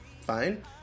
fine